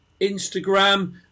Instagram